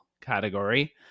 category